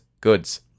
goods